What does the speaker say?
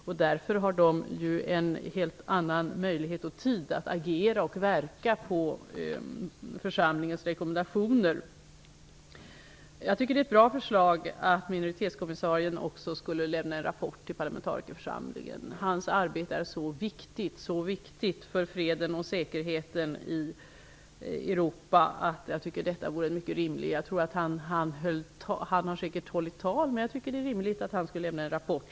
Den har därigenom tid och helt andra möjligheter att agera på församlingens rekommendationer. Jag tycker att det är ett bra förslag att minoritetskommissarien skulle lämna en rapport också till parlamentarikerförsamlingen. Hans arbete är så viktigt för freden och säkerheten i Europa att det vore mycket rimligt. Han har säkert hållit tal till församlingen, men jag tycker att det är rimligt att han lämnar en rapport.